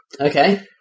Okay